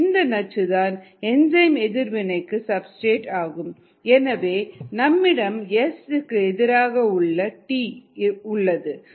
இந்த நச்சு தான் என்சைம் எதிர்வினைக்கு சப்ஸ்டிரேட் ஆகும் எனவே நம்மிடம் எஸ் க்கு எதிரான டீ உள்ளது